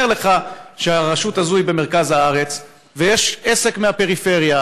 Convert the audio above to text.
תאר לך שהרשות הזו היא במרכז הארץ ויש עסק מהפריפריה